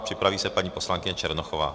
Připraví se paní poslankyně Černochová.